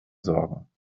sorgen